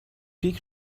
پیک